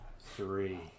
three